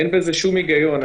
אין בזה שום היגיון,